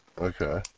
Okay